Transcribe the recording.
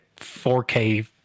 4K